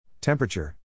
temperature